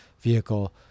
vehicle